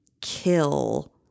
kill